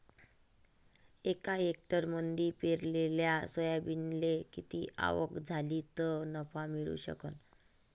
एका हेक्टरमंदी पेरलेल्या सोयाबीनले किती आवक झाली तं नफा मिळू शकन?